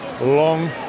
Long